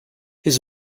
his